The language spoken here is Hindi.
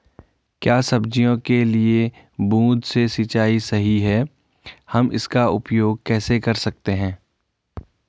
क्या सब्जियों के लिए बूँद से सिंचाई सही है हम इसका उपयोग कैसे कर सकते हैं?